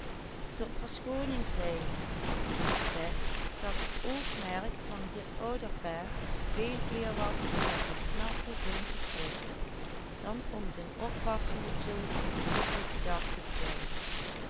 ouderpaar veeleer was om met den knappen zoon te pronken dan om den oppassenden zoon een genoeglijken dag te bezorgen